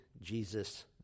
Jesus